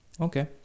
Okay